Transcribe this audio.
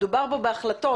מדובר פה בהחלטות